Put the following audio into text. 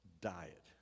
diet